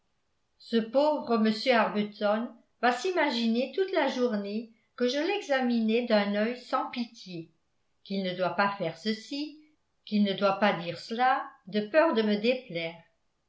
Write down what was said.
ce pauvre m arbuton va s'imaginer toute la journée que je l'examinai d'un œil sans pitié qu'il ne doit pas faire ceci qu'il ne doit pas dire cela de peur de me déplaire